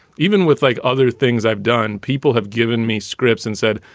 even with like other things i've done, people have given me scripts and said,